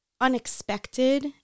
unexpected